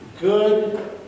good